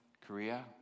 Korea